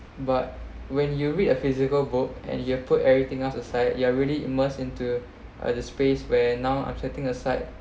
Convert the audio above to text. but when you read a physical book and you are put everything else aside you are really immersed into a space where now I'm setting aside